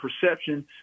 perception